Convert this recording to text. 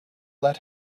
let